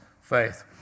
faith